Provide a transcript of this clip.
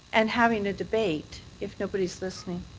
and having a debate if nobody is listening?